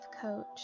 coach